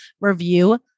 review